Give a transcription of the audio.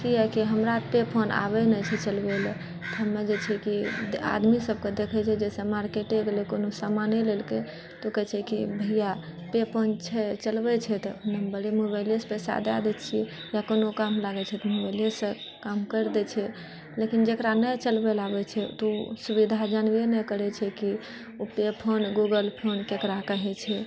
किआकि हमरा pay phone आबै नहि छै चलबै लए हमे जे छै कि आदमी सभके देखै छिऐ जैसे मार्केट गेलै कोनो सामाने लेलकै तऽ ओ कहै छै कि भैया पे फोन छै चलबै छै तऽ नम्बरे मोबाइलेसँ पैसा दए देइ छै कोनो काम लागै छै तऽ मोबाइलेसँ काम करि देइछै लेकिन जेकरा नहि चलबैले आबै छै तऽ ओ सुविधा जानबे नहि करै छै कि ओ पे फोन गूगल फोन केकरा कहै छै